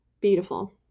beautiful